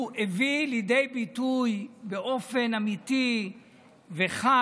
והוא הביא לידי ביטוי באופן אמיתי וחד